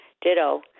Ditto